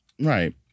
Right